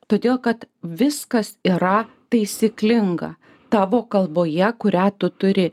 todėl kad viskas yra taisyklinga tavo kalboje kurią tu turi